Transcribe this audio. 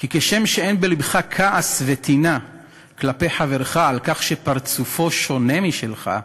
כי כשם שאין בלבך כעס וטינה כלפי חברך על כך שפרצופו שונה משלך,